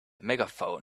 megaphone